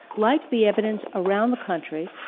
like the evidence around the country,